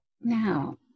now